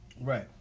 Right